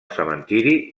cementiri